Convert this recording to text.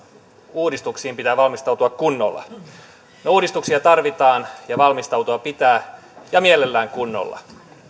uudistuksiin pitää valmistautua kunnolla no uudistuksia tarvitaan ja valmistautua pitää ja mielellään kunnolla